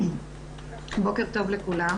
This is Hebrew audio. עוד אחד שהגיע והבטיח והוא ילך ולא יעשה עם זה כלום.